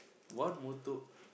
one motto